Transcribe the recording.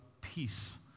peace